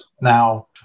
now